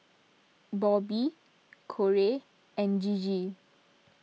Bobby Korey and Gigi